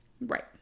Right